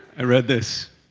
i read this,